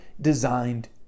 designed